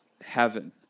heaven